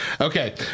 Okay